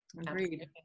agreed